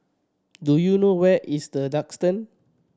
do you know where is The Duxton